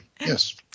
Yes